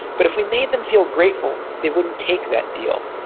but if we made them feel grateful, they wouldn't take that deal.